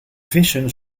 vissen